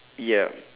yup